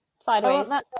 sideways